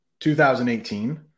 2018